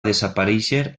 desaparèixer